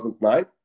2009